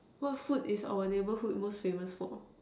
what food is our neighbourhood most famous for